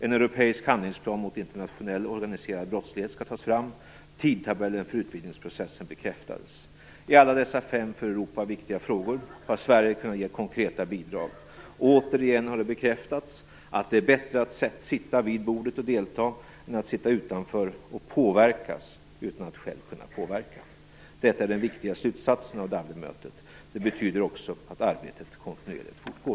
En europeisk handlingsplan mot internationell organiserad brottslighet skall tas fram. Tidtabellen för utvidgningsprocessen bekräftades. I alla dessa fem för Europa viktiga frågor har Sverige kunnat ge konkreta bidrag. Återigen har det bekräftats att det är bättre att sitta vid bordet och delta än att sitta utanför och påverkas utan att själv kunna påverka. Detta är den viktiga slutsatsen av Dublinmötet. Det betyder också att arbetet kontinuerligt fortgår.